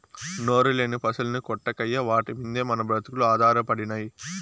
నోరులేని పశుల్ని కొట్టకయ్యా వాటి మిందే మన బ్రతుకులు ఆధారపడినై